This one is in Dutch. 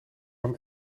hem